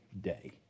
day